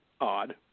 odd